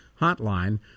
Hotline